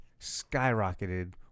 skyrocketed